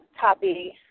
copy